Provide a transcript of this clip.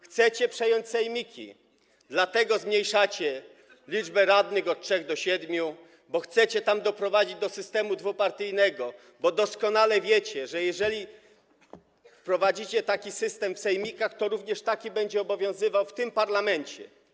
Chcecie przejąć sejmiki, dlatego zmniejszacie liczbę radnych: od 3 do 7, bo chcecie tam doprowadzić do systemu dwupartyjnego, bo doskonale wiecie, że jeżeli wprowadzicie taki system w sejmikach, to również taki będzie obowiązywał w tym parlamencie.